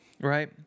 right